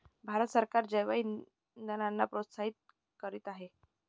भारत सरकार जैवइंधनांना प्रोत्साहित करीत आहे